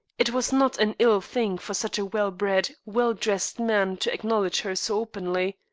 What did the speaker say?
it was not an ill thing for such a well-bred, well-dressed man to acknowledge her so openly.